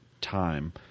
time